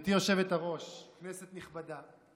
גברתי היושבת-ראש, כנסת נכבדה,